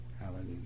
Hallelujah